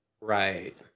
Right